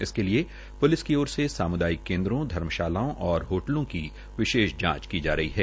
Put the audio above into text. इसके लिये पुलिस की ओर से सामुदायिक केन्द्रों धर्मशालाओं और होटलों की विशेष जांच की जा रही है